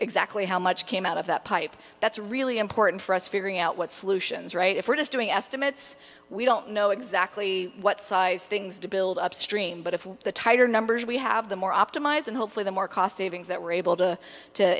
exactly how much came out of that pipe that's really important for us figuring out what solutions right if we're just doing estimates we don't know exactly what size things to build upstream but if the tighter numbers we have the more optimized and hopefully the more cost savings that we're able to